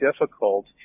difficult